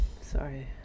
sorry